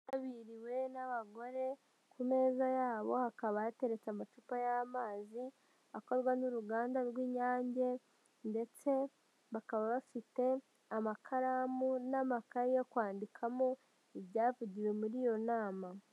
Yitabiriwe n'abagore, ku meza yabo hakaba hateretse amacupa y'amazi akorwa n'uruganda rw'Inyange ndetse bakaba bafite amakaramu n'amakaye yo kwandikamo ibyavugiwe muri iyo nama.